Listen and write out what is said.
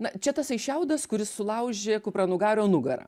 na čia tasai šiaudas kuris sulaužė kupranugario nugarą